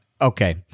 okay